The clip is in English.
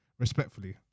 Respectfully